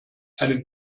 einen